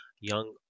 young